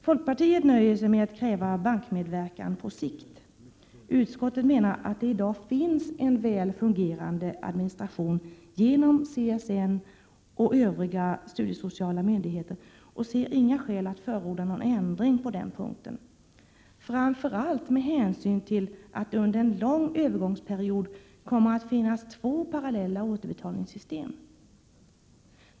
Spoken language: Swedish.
Folkpartiet nöjer sig med att kräva bankmedverkan på sikt. Utskottet menar att det i dag finns en väl fungerande administration genom CSN och Övriga studiesociala myndigheter och ser inga skäl att förorda någon ändring på den punkten, framför allt med hänsyn till att det under en lång övergångsperiod kommer att finnas två parallella återbetalningssystem.